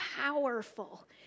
powerful